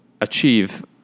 achieve